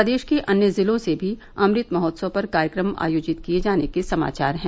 प्रदेश के अन्य जिलों से भी अमृत महोत्सव पर कार्यक्रम आयोजित किए जाने के समाचार हैं